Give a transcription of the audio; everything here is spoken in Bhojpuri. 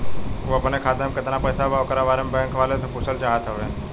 उ अपने खाते में कितना पैसा बा ओकरा बारे में बैंक वालें से पुछल चाहत हवे?